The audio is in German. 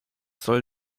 soll